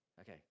Okay